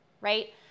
right